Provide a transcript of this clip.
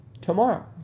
tomorrow